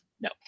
No